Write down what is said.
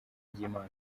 ry’imana